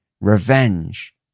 Revenge